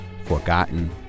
forgotten